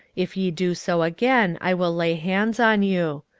if ye do so again, i will lay hands on you.